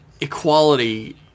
equality